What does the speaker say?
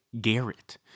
Garrett